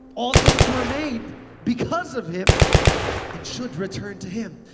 all things were made because of him and should return to him.